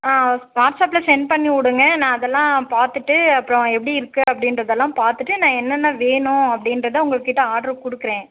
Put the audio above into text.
ஆ வாட்ஸ்அப்பில் சென்ட் பண்ணி விடுங்க நான் அதெல்லாம் பார்த்துட்டு அப்புறோம் எப்படி இருக்கு அப்படின்றதெல்லாம் பார்த்துட்டு நான் என்னென்ன வேணும் அப்படின்றத உங்கள்கிட்ட ஆர்ட்ரு கொடுக்கறேன்